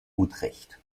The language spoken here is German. utrecht